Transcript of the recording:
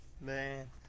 Man